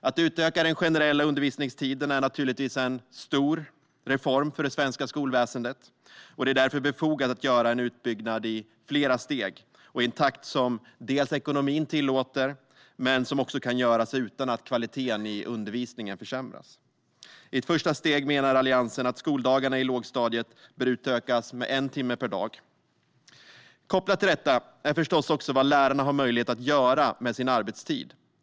Att utöka den generella undervisningstiden är naturligtvis en stor reform för det svenska skolväsendet, och det är därför befogat att göra en utbyggnad i flera steg, i en takt som ekonomin tillåter och som också kan hållas utan att kvaliteten i undervisningen försämras. I ett första steg menar Alliansen att skoldagarna i lågstadiet bör utökas med en timme per dag. Kopplat till detta är förstås också vad lärarna har möjlighet att göra med sin arbetstid.